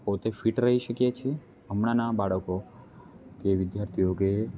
પોતે ફીટ રહી શકીએ છે હમણાંના બાળકો કે વિદ્યાર્થીઓ કે